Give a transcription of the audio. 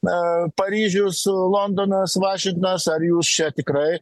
na paryžius londonas vašingtonas ar jūs čia tikrai